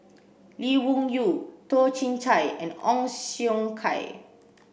Lee Wung Yew Toh Chin Chye and Ong Siong Kai